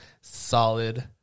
Solid